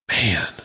man